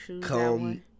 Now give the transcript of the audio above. come